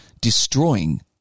destroying